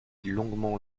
longuement